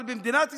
אבל במדינת ישראל,